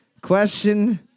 Question